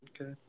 Okay